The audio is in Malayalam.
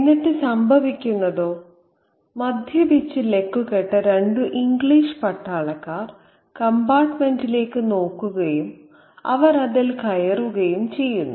എന്നിട്ട് സംഭവിക്കുന്നത് മദ്യപിച്ച് ലക്കുകെട്ട രണ്ട് ഇംഗ്ലീഷ് പട്ടാളക്കാർ കമ്പാർട്ടുമെന്റിലേക്ക് നോക്കുകയും അവർ അതിൽ കയറുകയും ചെയ്യുന്നു